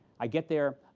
i get there.